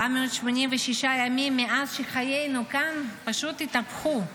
486 ימים מאז שחיינו כאן פשוט התהפכו,